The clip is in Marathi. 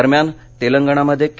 दरम्यान तेलंगणामध्ये के